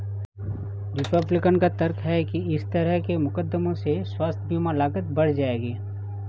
Republican का तर्क है कि इस तरह के मुकदमों से स्वास्थ्य बीमा लागत बढ़ जाएगी